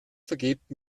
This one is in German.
vergebt